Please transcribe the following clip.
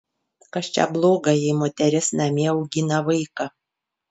kas čia bloga jei moteris namie augina vaiką